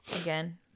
Again